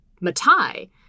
Matai